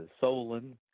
Solon